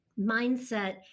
mindset